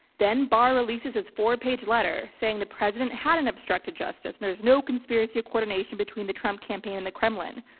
then barr releases his four page letter saying the president had not and obstructed justice and there's no conspiracy or coordination between the trump campaign and the kremlin.